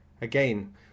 Again